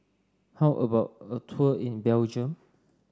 how about a tour in Belgium